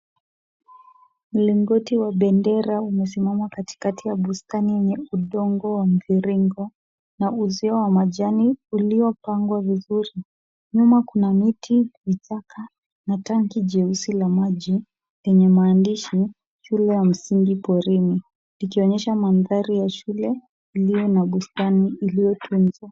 Mlingoti wa bendera umesimama katikati ya bustani yenye udongo wa mviringo. Na uzio wa majani uliopangwa vizuri. Nyuma kuna miti kichaka na tanki jeusi la maji lenye maandishi Shule ya msingi Porini. Ikionyesha mandhari ya shule iliyo na bustani iliyotunzwa.